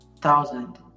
thousand